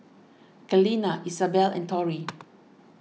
Kaleena Isabell and Tori